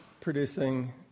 producing